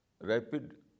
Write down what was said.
rapid